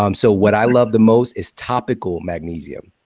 um so what i love the most is topical magnesium.